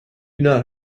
not